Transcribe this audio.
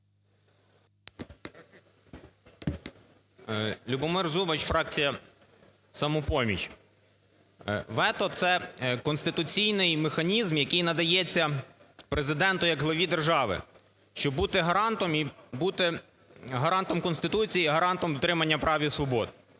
Любомир Зубач, фракція "Самопоміч". Вето – це конституційний механізм, який надається Президенту як главі держави, щоб бути гарантом, бути гарантом Конституції і гарантом дотримання прав і свобод.